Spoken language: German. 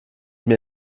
mir